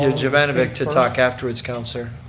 ah giavanovic to talk afterwards, councillor.